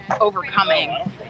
overcoming